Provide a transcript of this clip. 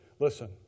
Listen